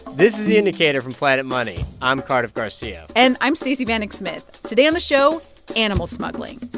this is the indicator from planet money. i'm cardiff garcia and i'm stacey vanek smith. today on the show animal smuggling.